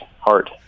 heart